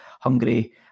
Hungary